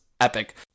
epic